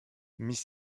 miss